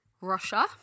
Russia